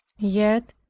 yet,